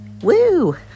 Woo